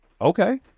Okay